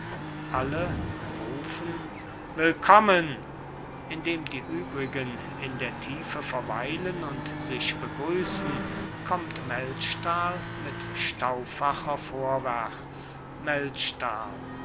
alle rufen willkommen indem die übrigen in der tiefe verweilen und sich begrüssen kommt melchtal mit stauffacher vorwärts